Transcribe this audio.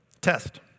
test